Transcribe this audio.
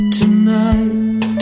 tonight